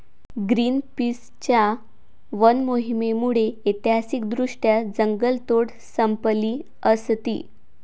ग्रीनपीसच्या वन मोहिमेमुळे ऐतिहासिकदृष्ट्या जंगलतोड संपली असती